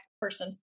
person